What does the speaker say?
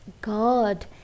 God